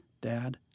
Dad